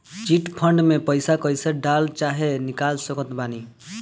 Chit fund मे पईसा कईसे डाल चाहे निकाल सकत बानी?